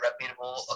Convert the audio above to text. reputable